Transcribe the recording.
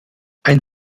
ein